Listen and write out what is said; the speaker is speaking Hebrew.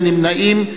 אין נמנעים.